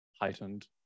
heightened